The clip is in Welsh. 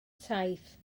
saith